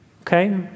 Okay